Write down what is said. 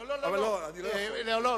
לא, לא, לא.